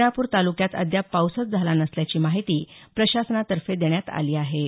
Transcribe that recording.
रेणापूर तालुक्यात अद्याप पाऊसच झाला नसल्याची माहिती प्रशासनातर्फे देण्यात आली आहे